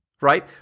right